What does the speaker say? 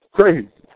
Crazy